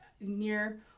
near-